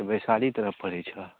वैशाली तरफ पड़ै छऽ